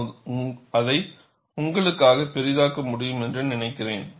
நான் அதை உங்களுக்காக பெரிதாக்க முடியும் என்று நினைக்கிறேன்